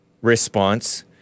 response